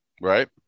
right